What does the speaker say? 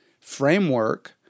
framework